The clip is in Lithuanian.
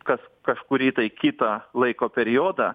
kas kažkurį tai kitą laiko periodą